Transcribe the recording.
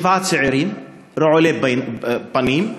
ושבעה צעירים רעולי פנים,